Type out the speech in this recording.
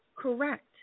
correct